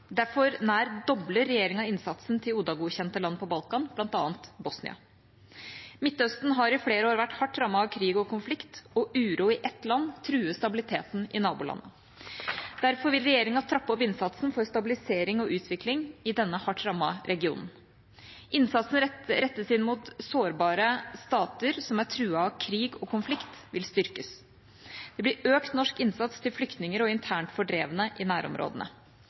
Derfor nær dobler regjeringa innsatsen til ODA-godkjente land på Balkan, bl.a. Bosnia. Midtøsten har i flere år vært hardt rammet av krig og konflikt, og uro i ett land truer stabiliteten i naboland. Derfor vil regjeringa trappe opp innsatsen for stabilisering og utvikling i denne hardt rammede regionen. Innsatsen rettet inn mot sårbare stater som er truet av krig og konflikt, vil styrkes. Det blir økt norsk innsats til flyktninger og internt fordrevne i nærområdene.